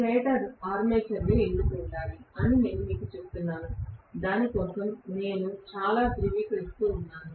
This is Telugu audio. స్టేటర్లో ఆర్మేచర్ ఎందుకు ఉండాలి అని నేను మీకు చెప్తున్నాను దాని కోసం నేను చాలా ధృవీకరిస్తూ ఉన్నాను